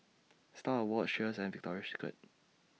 STAR Awards Cheers and Victoria Secret